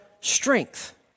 strength